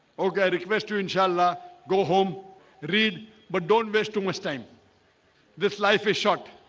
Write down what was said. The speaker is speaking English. okay, i request you inshallah go home read but don't waste too much time this life is short.